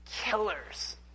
killers